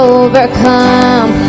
overcome